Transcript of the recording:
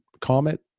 Comet